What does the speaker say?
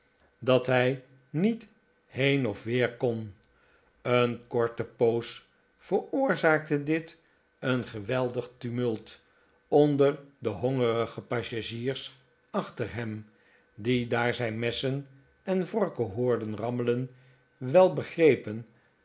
dat zij niet heen of weer kon een korte poos veroorzaakte dit een geweldig tumult onder de hongerige passagiers achter hem die daar zij messen en vorken hoorden rammelen wel begrepen